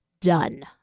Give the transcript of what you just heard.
done